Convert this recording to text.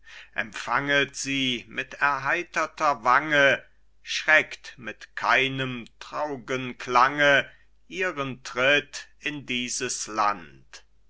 empfanget sie mit erheiterter wange schreckt mit keinem traur'gen klange ihre tritt in dieses land